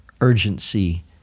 urgency